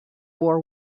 war